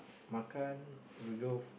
makan we go